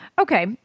Okay